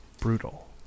brutal